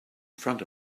front